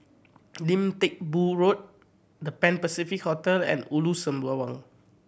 Lim Teck Boo Road The Pan Pacific Hotel and Ulu Sembawang